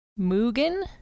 Mugen